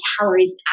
calories